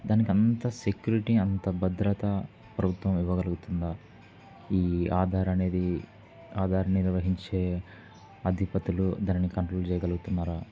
దానికి అంత సెక్యూరిటీ అంత భద్రత ప్రభుత్వం ఇవ్వగలుగుతుందా ఈ ఆధారనేది ఆధార నిర్వహించే అధిపతులు దాన్నీ కంట్రోల్ చేయగలుగుతున్నారా